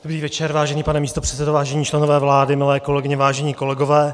Dobrý večer, vážený pane místopředsedo, vážení členové vlády, milé kolegyně, vážení kolegové.